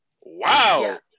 wow